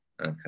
Okay